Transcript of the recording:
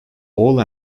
all